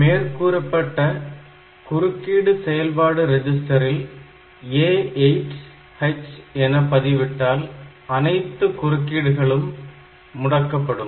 மேற்கூறப்பட்ட குறுக்கீடு செயல்பாடு ரிஜிஸ்டரில் A8H என பதிவிட்டால் அனைத்து குறுக்கீடுகளும் முடக்கப்படும்